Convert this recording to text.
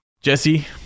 Jesse